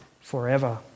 forever